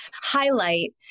highlight